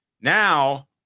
now